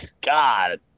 God